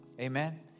Amen